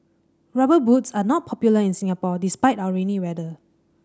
Rubber Boots are not popular in Singapore despite our rainy weather